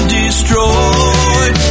destroyed